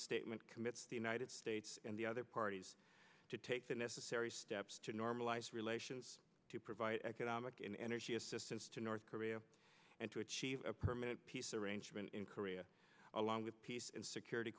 statement commits the united states and the other parties to take the necessary steps to normalize relations to provide economic and energy assistance to north korea and to achieve a permanent peace arrangement in korea along with peace and security